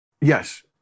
yes